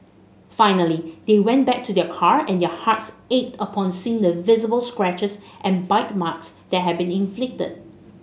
finally they went back to their car and their hearts ached upon seeing the visible scratches and bite marks that had been inflicted